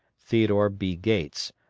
theodore b. gates,